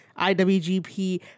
IWGP